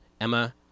Emma